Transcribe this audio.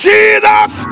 Jesus